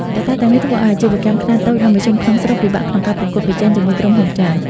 កត្តាទាំងនេះធ្វើឲ្យអាជីវកម្មខ្នាតតូច និងមធ្យមក្នុងស្រុក ពិបាកក្នុងការប្រកួតប្រជែងជាមួយក្រុមហ៊ុនចិន។